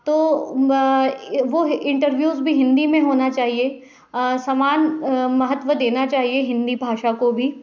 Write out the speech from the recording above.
तो वो इंटरव्यूज भी हिंदी में होना चाहिए समान महत्व देना चाहिए हिंदी भाषा को भी